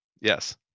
Yes